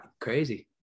crazy